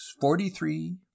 forty-three